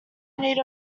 need